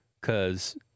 Cause